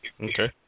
Okay